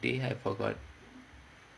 so what do you learn in C_S fifty I forgot